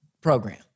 program